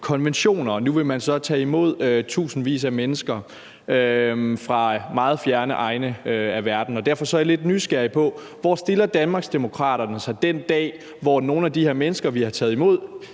konventioner, og nu vil man så tage imod tusindvis af mennesker fra meget fjerne egne af verden. Derfor er jeg lidt nysgerrig på, hvor Danmarksdemokraterne stiller sig den dag, hvor nogle af de her mennesker, vi har taget imod